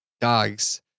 Dogs